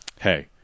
hey